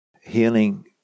healing